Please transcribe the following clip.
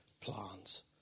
plans